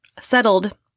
settled